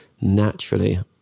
naturally